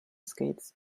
skates